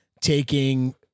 taking